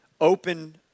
open